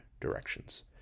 directions